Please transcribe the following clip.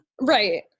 Right